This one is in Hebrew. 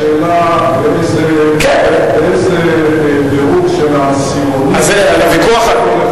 השאלה באיזה דירוג של עשירונים יימצא כל אחד.